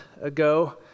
ago